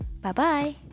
Bye-bye